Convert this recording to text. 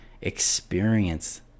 experience